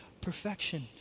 perfection